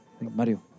Mario